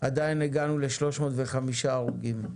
עדיין הגענו ל-305 הרוגים.